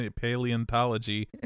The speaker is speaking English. paleontology